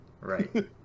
right